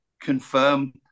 confirm